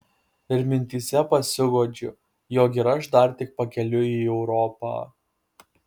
ir mintyse pasiguodžiu jog ir aš dar tik pakeliui į europą